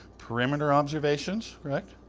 perimeter observations, correct?